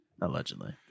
Allegedly